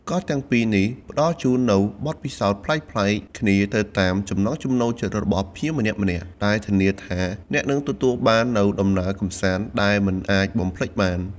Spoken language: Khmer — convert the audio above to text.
កោះទាំងពីរនេះផ្តល់ជូននូវបទពិសោធន៍ប្លែកៗគ្នាទៅតាមចំណង់ចំណូលចិត្តរបស់ភ្ញៀវម្នាក់ៗ ដែលធានាថាអ្នកនឹងទទួលបាននូវដំណើរកម្សាន្តដែលមិនអាចបំភ្លេចបាន។